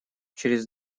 через